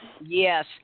Yes